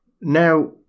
Now